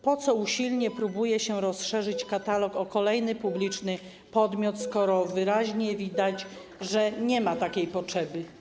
Po co usilnie próbuje się rozszerzyć katalog o kolejny podmiot publiczny, skoro wyraźnie widać, że nie ma takiej potrzeby?